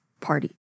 party